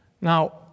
Now